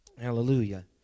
Hallelujah